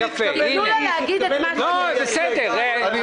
תנו לו להגיד את מה שהוא רוצה להגיד.